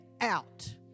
out